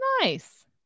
nice